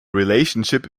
relationship